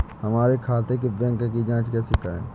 हमारे खाते के बैंक की जाँच कैसे करें?